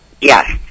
yes